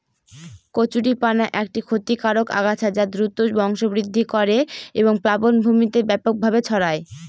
কচুরিপানা একটি ক্ষতিকারক আগাছা যা দ্রুত বংশবৃদ্ধি করে এবং প্লাবনভূমিতে ব্যাপকভাবে ছড়ায়